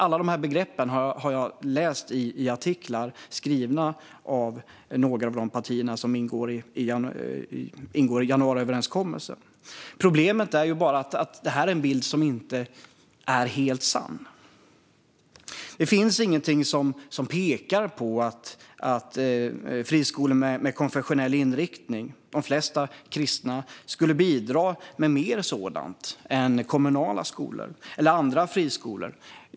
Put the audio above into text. Alla de begreppen har jag läst i artiklar skrivna av några av de partier som ingår i januariöverenskommelsen. Problemet är bara att det är en bild som inte är helt sann. Det finns ingenting som pekar på att friskolor med konfessionell inriktning, de flesta kristna, skulle bidra med mer sådant än kommunala skolor eller andra friskolor.